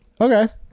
Okay